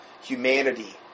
humanity